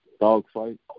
dogfight